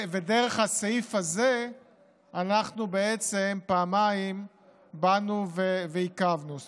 דרך הסעיף הזה אנחנו בעצם באנו ועיכבנו פעמיים,